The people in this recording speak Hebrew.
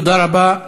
תודה רבה.